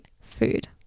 food